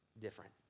different